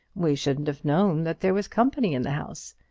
we shouldn't have known that there was company in the house.